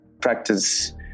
practice